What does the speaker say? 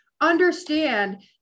understand